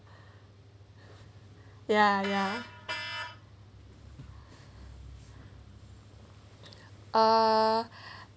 ya ya uh